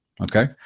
Okay